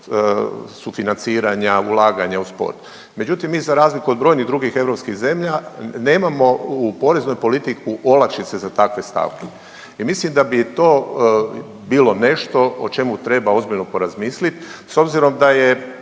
sufinanciranja i ulaganja u sport. Međutim mi za razliku od brojnih drugih europskih zemlja nemamo u poreznoj politiku olakšice za takve stavke i mislim da bi to bilo nešto o čemu treba ozbiljno porazmislit s obzirom da je,